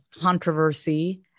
controversy